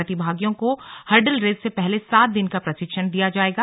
प्रतिभागियों को hurdle race से पहले सात दिन का प्रशिक्षण दिया जाएगा